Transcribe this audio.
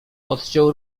odciął